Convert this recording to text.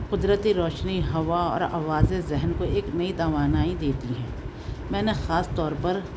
قدرتی روشنی ہوا اور آوازیں ذہن کو ایک نئی توانائی دیتی ہیں میں نے خاص طور پر